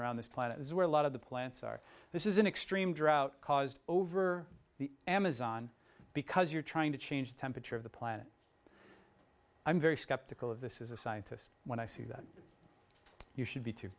on this planet is where a lot of the plants are this is an extreme drought caused over the amazon because you're trying to change the temperature of the planet i'm very skeptical of this is a scientist when i say that you should be to